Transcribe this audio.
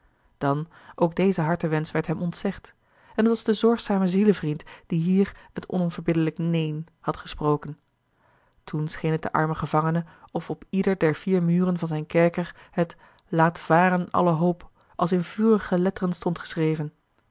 dan ook deze hartewensch werd hem ontzegd en het was de zorgzame zielevriend die hier het onverbiddelijk neen had gesproken toen scheen het den armen gevangene of op ieder der vier muren van zijn kerker het laat varen alle hoop als in vurige letteren stond geschreven